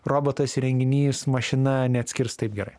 robotas įrenginys mašina neatskirs taip gerai